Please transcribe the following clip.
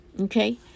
Okay